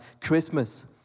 Christmas